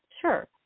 sure